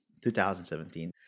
2017